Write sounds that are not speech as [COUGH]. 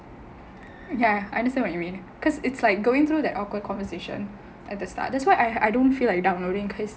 ya I understand what you mean because it's like going through that awkward conversation at the start that's why I don't feel like [LAUGHS]